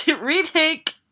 Retake